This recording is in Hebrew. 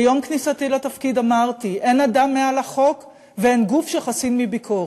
ביום כניסתי לתפקיד אמרתי: אין אדם מעל החוק ואין גוף שחסין מביקורת,